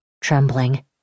trembling